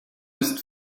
ist